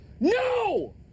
No